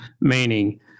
meaning